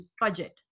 budget